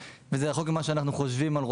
וזה רחוק ממה שאנחנו חושבים על רופאים.